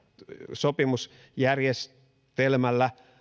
sopimusjärjestelmällä